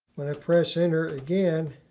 when i press enter again,